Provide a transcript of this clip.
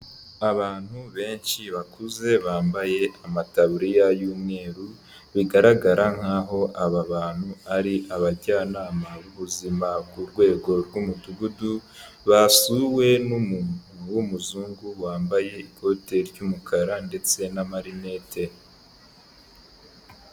Abantu benshi bakuze bambaye amataburiya y'umweru bigaragara nk'aho aba bantu ari abajyanama b'ubuzima ku rwego rw'umudugudu, basuwe n'umuntu w'umuzungu wambaye ikote ry'umukara ndetse n'amarinete.